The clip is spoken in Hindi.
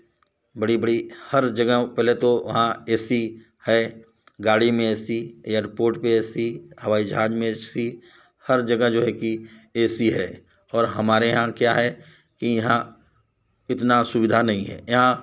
बड़ी बड़ी हर जगह पहले तो वहाँ एसी है गाड़ी में एसी एयरपोर्ट पर एसी हवाई जहाज़ में एसी हर जगह जो है कि एसी है और हमारे यहाँ क्या है कि यहाँ इतना सुविधा नहीं है यहाँ